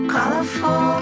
Colorful